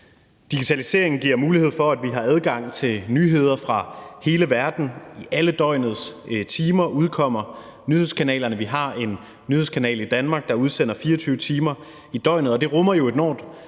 Digitaliseringen giver mulighed for, at vi har adgang til nyheder fra hele verden. Nyhedskanalerne sender i alle døgnets timer – vi har en nyhedskanal i Danmark, der sender 24 timer i døgnet – og det rummer jo et enormt